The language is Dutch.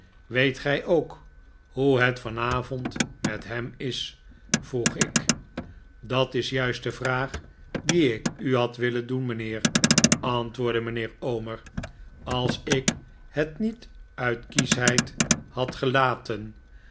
weet gij ook hoe het vanavond met hem is vroeg ik dat is juist de vraag die ik u had willen doen mijnheer antwoordde mijnheer omer als ik het niet uit kieschheid had gelaten